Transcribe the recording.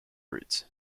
roots